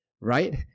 right